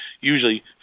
usually